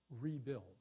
rebuild